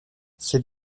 c’est